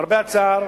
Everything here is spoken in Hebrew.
למרבה הצער,